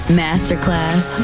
masterclass